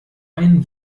ein